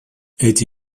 эти